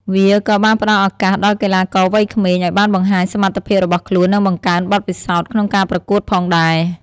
វាក៏បានផ្តល់ឱកាសដល់កីឡាករវ័យក្មេងឲ្យបានបង្ហាញសមត្ថភាពរបស់ខ្លួននិងបង្កើនបទពិសោធន៍ក្នុងការប្រកួតផងដែរ។